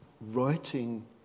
writing